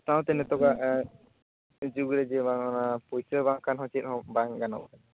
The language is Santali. ᱥᱟᱶᱛᱮ ᱱᱤᱛᱚᱜᱟᱜ ᱡᱩᱜᱽ ᱨᱮᱡᱮ ᱵᱟᱝ ᱚᱱᱟ ᱯᱩᱭᱥᱟᱹ ᱵᱟᱝᱠᱷᱟᱱ ᱦᱚᱸ ᱪᱮᱫ ᱦᱚᱸ ᱵᱟᱝ ᱜᱟᱱᱚᱜ ᱠᱟᱱᱟ